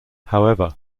however